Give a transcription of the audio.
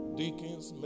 deacons